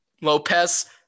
Lopez